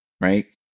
right